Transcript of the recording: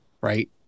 Right